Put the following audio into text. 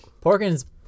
Porkins